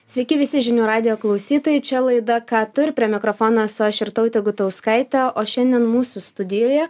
sveiki visi žinių radijo klausytojai čia laida ką tu ir prie mikrofono esu aš irtautė gutauskaitė o šiandien mūsų studijoje